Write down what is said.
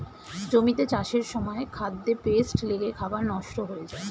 জমিতে চাষের সময় খাদ্যে পেস্ট লেগে খাবার নষ্ট হয়ে যায়